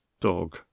dog